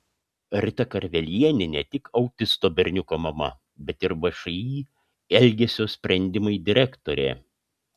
rita karvelienė ne tik autisto berniuko mama bet ir všį elgesio sprendimai direktorė